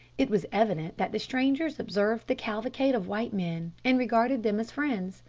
it was evident that the strangers observed the cavalcade of white men, and regarded them as friends,